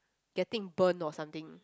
getting burned or something